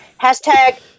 Hashtag